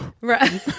Right